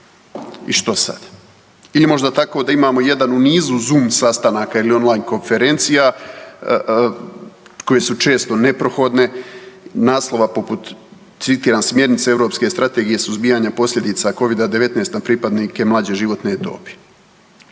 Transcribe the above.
i što sad ili možda tako da imamo jedan u nizu zom sastanaka ili on-line konferencija koje su često neprohodne naslova poput citiram smjernica Europske strategije suzbijanja posljedica Covida-19 na pripadnike mlađe životne dobi.